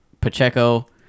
Pacheco